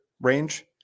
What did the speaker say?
range